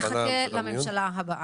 נחכה לממשלה הבאה,